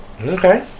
Okay